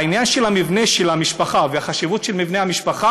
העניין של המבנה של המשפחה והחשיבות של מבנה המשפחה,